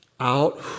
Out